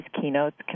keynotes